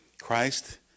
Christ